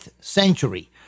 century